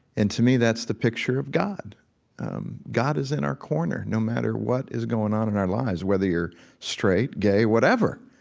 and to me, that's the picture of god god is in our corner, no matter what is going on in our lives, whether you're straight, gay, whatever.